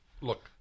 Look